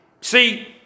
See